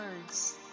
words